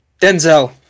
Denzel